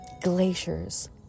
glaciers